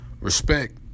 Respect